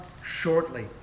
Shortly